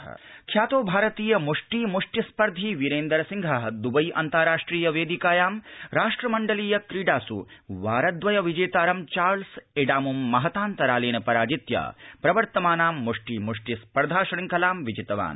मुष्टी मुष्टि ख्यातो भारतीयो मुष्टी मुष्टि स्पर्धी विरेन्दर सिंह दबई अन्तराष्ट्रिय वेदिकायां राष्ट्रमण्डलीय क्रीडास् वार द्रय विजेतारं चार्ल्स एडामुं महताऽन्तरालेन पराजित्य प्रवर्तनमानां मुष्टी मुष्टि स्पर्धा शृंखलां विजितवान्